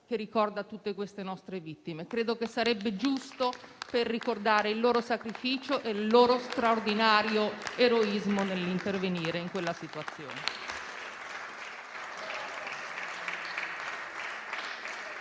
che ricorda tutte queste nostre vittime. Credo che sarebbe giusto per ricordare il loro sacrificio e il loro straordinario eroismo nell'intervenire in quella situazione.